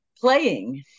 playing